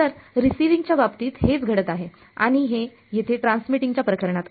तर रिसीव्हिंगच्या बाबतीत हेच घडत आहे आणि हे येथे ट्रान्समीटिंग च्या प्रकरणात आहे